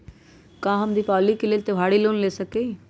का हम दीपावली के लेल त्योहारी लोन ले सकई?